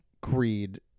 creed